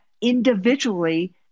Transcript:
individually